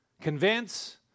convince